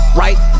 right